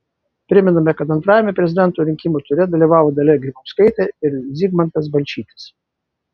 primename kad antrajame prezidento rinkimų ture dalyvavo dalia grybauskaitė ir zygmantas balčytis